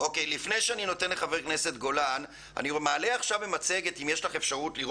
לפני שאני נותן לחבר הכנסת גולן את זכות הדיבור אני מעלה במצגת מכתב